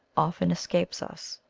often escapes us,